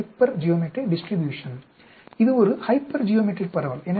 இது ஒரு ஹைப்பர்ஜியோமெட்ரிக் பரவல்